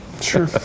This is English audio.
Sure